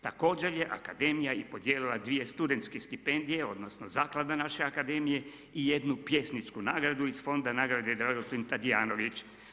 Također je akademija i podijelila dvije studentske stipendije, odnosno Zaklada naše akademije i jednu pjesničku nagradu iz Fonda nagrade „Dragutin Tadijanović“